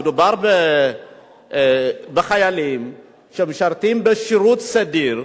מדובר בחיילים שמשרתים בשירות סדיר,